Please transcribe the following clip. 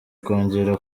kongera